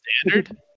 standard